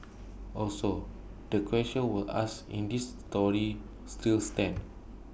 also the questions we asked in this story still stand